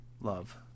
love